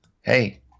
hey